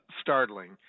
startling